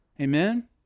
Amen